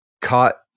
caught